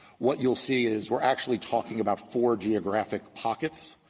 what you'll see is, we're actually talking about four geographic pockets.